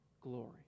glory